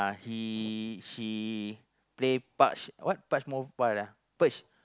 he he play Parch what Mobile uh Perch